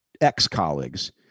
ex-colleagues